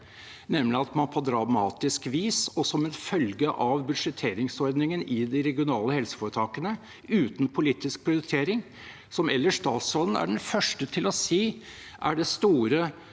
nemlig skjedd på dramatisk vis, som en følge av budsjetteringsordningen i de regionale helseforetakene – uten politisk prioritering. Statsråden er ellers den første til å si at det er